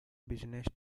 busiest